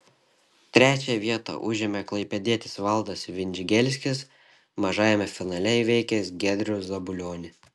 trečią vietą užėmė klaipėdietis valdas vindžigelskis mažajame finale įveikęs giedrių zabulionį